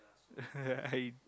I